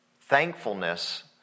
Thankfulness